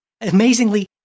amazingly